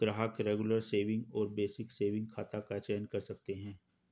ग्राहक regular saving और basic saving खाता का चयन कर सकते है